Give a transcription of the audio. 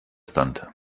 stunt